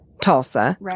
Tulsa